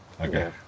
Okay